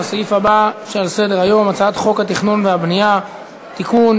לסעיף הבא שעל סדר-היום: הצעת חוק התכנון והבנייה (תיקון,